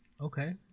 Okay